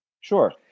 Sure